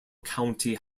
county